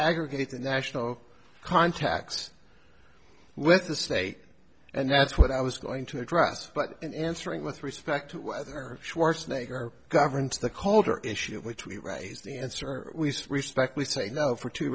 aggregate the national contacts with the state and that's what i was going to address but in answering with respect to whether or schwarzenegger governs the colder issue which we raise the answer we respect we say no for two